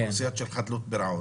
שהיא אוכלוסייה של חדלות פירעון,